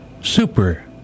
Super